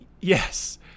Yes